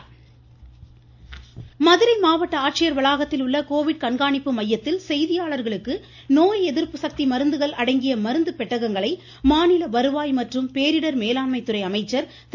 உதயகுமாா் மதுரை மாவட்ட ஆட்சியர் வளாகத்தில் உள்ள கோவிட் கண்காணிப்பு மையத்தில் செய்தியாளர்களுக்கு நோய் எதிர்ப்பு சக்தி மருந்துகள் அடங்கிய மருந்து பெட்டகங்களை மாநில வருவாய் மற்றும் பேரிடர் மேலாண்மை துறை அமைச்சர் திரு